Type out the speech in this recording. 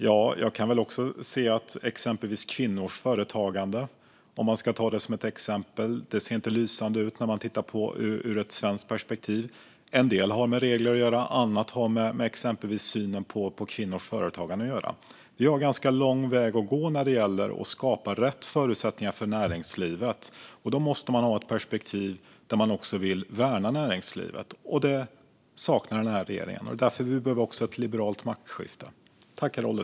Ja, men jag kan väl också se att exempelvis kvinnors företagande inte ser lysande ut ur ett svenskt perspektiv. En del har med regler att göra medan annat har med synen på kvinnors företagande att göra. Vi har ganska lång väg att gå när det gäller att skapa rätt förutsättningar för näringslivet. Då måste man ha ett perspektiv där man också vill värna näringslivet. Det saknar den här regeringen, och det är också därför vi behöver ett liberalt maktskifte.